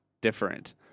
different